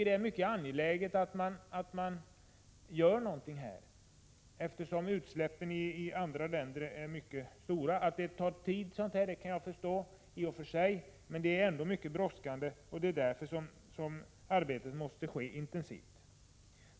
Det är synnerligen angeläget att det görs någonting, eftersom utsläppen i andra länder är mycket stora. Att sådant här tar tid kan jag i och för sig förstå, men det är ändå mycket brådskande, och arbetet måste därför vara intensivt.